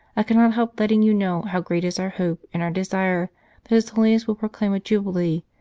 i cannot help letting you know how great is our hope and our desire that his holiness will proclaim a jubilee,